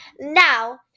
Now